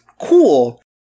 cool